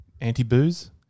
anti-booze